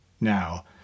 Now